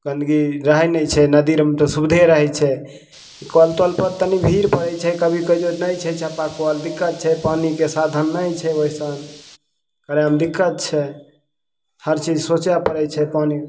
गन्दगी रहय नहि छै नदी अरमे तऽ सुविधे रहय छै ई कल तलपर तनी भीड़ पड़य छै कभी कहियो नहि छै चापाकल दिक्कत छै पानिके साधन नहि छै ओइसन रहयमे दिक्कत छै हर चीज सोचय पड़य छै पानि